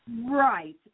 Right